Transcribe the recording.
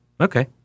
Okay